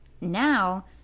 Now –